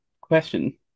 question